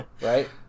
Right